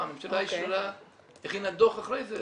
לא, הממשלה הכינה דו"ח אחרי זה